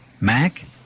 Mac